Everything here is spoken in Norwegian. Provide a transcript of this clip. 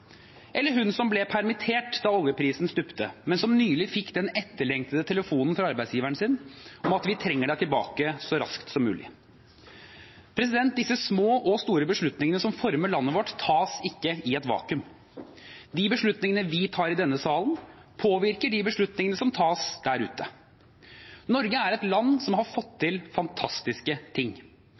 Eller om henne som ble permittert da oljeprisen stupte, men som nylig fikk den etterlengtede telefonen fra arbeidsgiveren sin om at de trengte henne tilbake så raskt som mulig. Disse små – og store – beslutningene som former landet vårt, tas ikke i et vakuum. De beslutningene vi tar i denne salen, påvirker de beslutningene som tas der ute. Norge er et land som har fått til fantastiske ting.